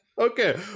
Okay